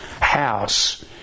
house